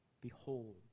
Behold